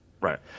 Right